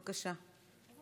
בבקשה.